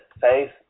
faith